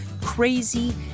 crazy